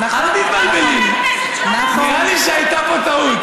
לא, אל תתבלבלי, נראה לי שהייתה פה טעות.